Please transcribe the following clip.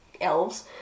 elves